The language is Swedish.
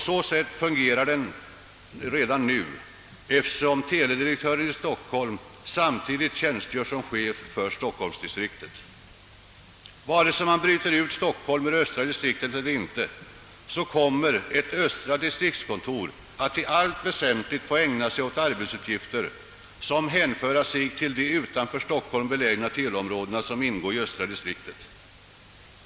Så fungerar det redan nu, eftersom teledirektören i Stockholm samtidigt tjänstgör som chef för stockholmsdistriktet. Vare sig man bryter ut Stockholm ur östra distriktet eller inte, så kommer ett kontor för östra distriktet att i allt vänsentligt få ägna sig åt arbetsuppgifter som hänför sig till de utanför Stockholm belägna teleområdena som ingår i östra distriktet.